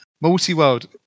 Multi-world